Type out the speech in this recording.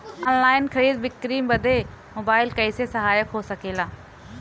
Online खरीद बिक्री बदे मोबाइल कइसे सहायक हो सकेला?